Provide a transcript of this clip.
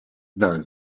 vingt